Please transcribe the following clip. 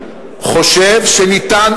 חושב שאולי ניתן,